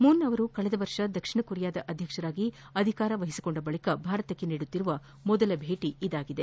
Moon ಅವರು ಕಳೆದ ವರ್ಷ ದಕ್ಷಿಣ ಕೊರಿಯಾದ ಅಧ್ಯಕ್ಷರಾಗಿ ಅಧಿಕಾರ ವಹಿಸಿಕೊಂಡ ಬಳಿಕ ಭಾರತಕ್ಕೆ ನೀಡುತ್ತಿರುವ ಮೊದಲ ಭೇಟಿ ಇದಾಗಿದೆ